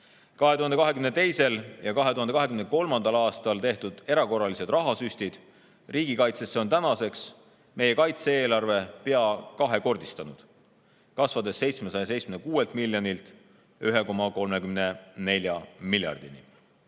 2022. ja 2023. aastal tehtud erakorralised rahasüstid riigikaitsesse on tänaseks meie kaitse-eelarve pea kahekordistanud: see on kasvanud 776 miljonilt 1,34 miljardini.